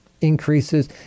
increases